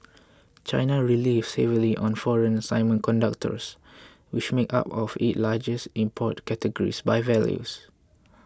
China relives heavily on foreign semiconductors which make up one of it largest import categories by value